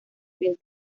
pies